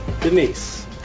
Denise